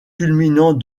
culminant